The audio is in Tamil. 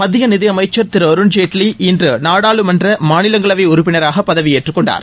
மத்திய நிதியமைச்சர் திரு அருண் ஜேட்லி இன்று நாடாளுமன்ற மாநிலங்களவை உறுப்பினராக பதவியேற்று கொண்டார்